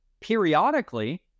periodically